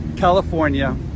California